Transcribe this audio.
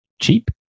cheap